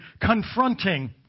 confronting